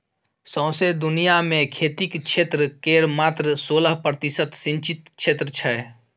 सौंसे दुनियाँ मे खेतीक क्षेत्र केर मात्र सोलह प्रतिशत सिचिंत क्षेत्र छै